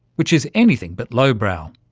which is anything but low-brow.